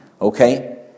okay